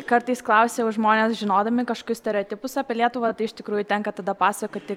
kartais klausia jau žmonės žinodami kažkokius stereotipus apie lietuvą tai iš tikrųjų tenka tada pasakoti